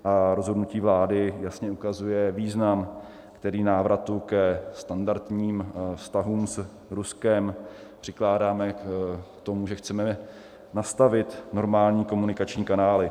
A rozhodnutí vlády jasně ukazuje význam, který návratu ke standardním vztahům s Ruskem přikládáme, k tomu, že chceme nastavit normální komunikační kanály.